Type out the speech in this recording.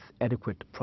adequate